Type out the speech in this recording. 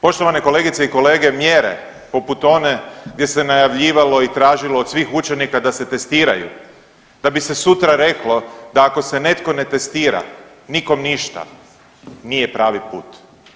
Poštovane kolegice i kolege, mjere poput one gdje se najavljivalo i tražilo od svih učenika da se testiraju da bi se sutra reklo da ako se netko ne testira nikom ništa, nije pravi put.